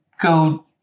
go